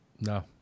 No